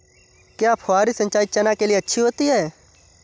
क्या फुहारी सिंचाई चना के लिए अच्छी होती है?